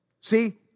see